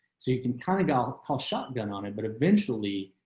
so you can kind of go call shotgun on it. but eventually,